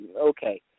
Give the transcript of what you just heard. Okay